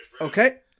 Okay